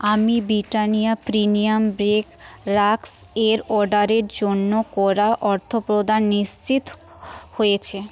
আমি Britannia premium bake রাস্কের অর্ডারের জন্য করা অর্থপ্রদান নিশ্চিত হয়েছে